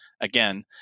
Again